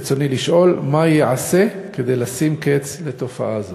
רצוני לשאול: מה ייעשה כדי לשים קץ לתופעה זו?